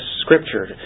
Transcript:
scripture